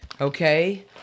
okay